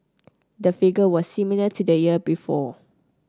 the figure was similar to the year before